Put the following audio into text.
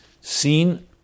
seen